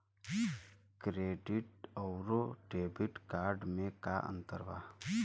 Credit अउरो debit card मे का अन्तर बा?